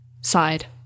sighed